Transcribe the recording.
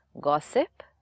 Gossip